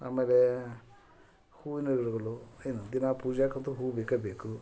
ಆಮೇಲೆ ಹೂವಿನ ಗಿಡಗಳು ಏನು ದಿನಾ ಪೂಜೇಗಂತು ಹೂವು ಬೇಕೇ ಬೇಕು